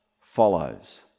follows